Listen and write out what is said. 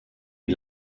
die